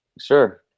Sure